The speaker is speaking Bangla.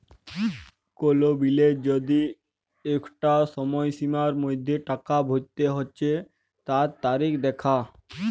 কোল বিলের যদি আঁকটা সময়সীমার মধ্যে টাকা ভরতে হচ্যে তার তারিখ দ্যাখা